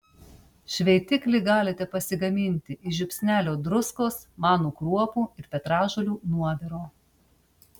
šveitiklį galite pasigaminti iš žiupsnelio druskos manų kruopų ir petražolių nuoviro